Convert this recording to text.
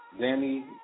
Danny